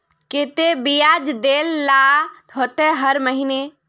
केते बियाज देल ला होते हर महीने?